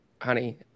honey